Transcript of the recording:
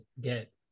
get